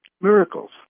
miracles